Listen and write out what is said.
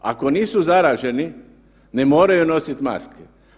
Ako nisu zaraženi, ne moraju nositi maske.